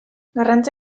garrantzi